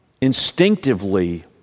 instinctively